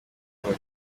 inama